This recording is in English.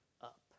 up